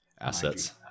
Assets